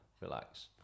relax